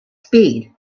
speed